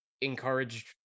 encouraged